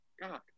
god